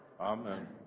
Amen